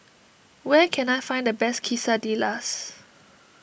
where can I find the best Quesadillas